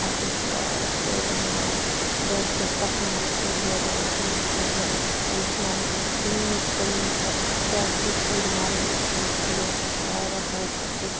اَسہِ حظ چھُ واریاہ فٲیدٕ مِلان بہٕ حظ چھَس تَتھ مَحلَس مَنٛز روزان یَتھ مَحلَس مَنٛز نہٕ یَتھ مَحلَس مَنٛز کُنِچ کمی چھَ کیازکہِ شُرۍ مَرنٕچ یہِ حظ چھُ آسان واریاہ بوٚڑ ہیٛکٹِک